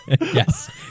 Yes